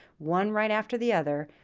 one right after the other,